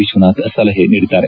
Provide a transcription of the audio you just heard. ವಿಶ್ವನಾಥ್ ಸಲಹೆ ನೀಡಿದ್ದಾರೆ